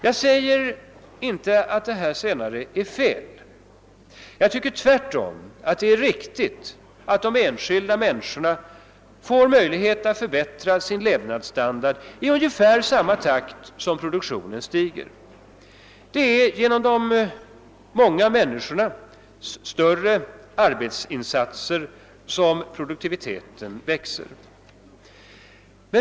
Jag säger inte att detta senare är fel. Jag tycker tvärtom att det är riktigt att de enskilda människorna får möjlighet att förbättra sin levnadsstandard i ungefär samma takt som produktionen stiger. Det är genom de många människornas större arbetsinsatser som produktiviteten växer.